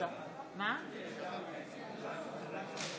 מצביע יולי יואל אדלשטיין,